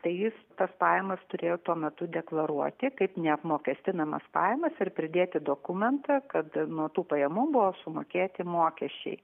tai jis tas pajamas turėjo tuo metu deklaruoti kaip neapmokestinamas pajamas ir pridėti dokumentą kad nuo tų pajamų buvo sumokėti mokesčiai